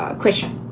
ah christian,